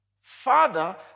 Father